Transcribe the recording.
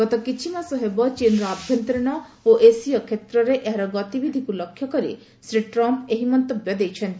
ଗତ କିଛିମାସ ହେବ ଚୀନ୍ର ଆଭ୍ୟନ୍ତରୀଣ ଓ ଏସୀୟ କ୍ଷେତ୍ରରେ ଏହାର ଗତିବିଧିକୁ ଲକ୍ଷ୍ୟକରି ଶ୍ରୀ ଟ୍ରମ୍ପ ଏହି ମନ୍ତବ୍ୟ ଦେଇଛନ୍ତି